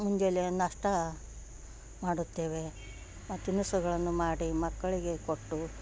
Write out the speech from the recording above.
ಮುಂಜಾನೆ ನಾಷ್ಟಾ ಮಾಡುತ್ತೇವೆ ಆ ತಿನಿಸುಗಳನ್ನು ಮಾಡಿ ಮಕ್ಕಳಿಗೆ ಕೊಟ್ಟು